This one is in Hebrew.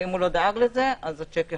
ואם הוא לא דאג לזה, השיק יחזור.